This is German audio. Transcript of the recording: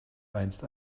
einst